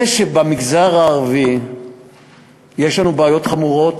זה שבמגזר הערבי יש לנו בעיות חמורות,